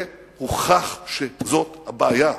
הוכח שזאת הבעיה,